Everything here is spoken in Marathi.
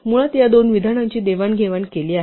मुळात या दोन विधानांची देवाणघेवाण केली आहे